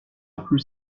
plus